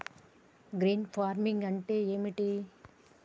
Green farming అంటే ఏమిటి?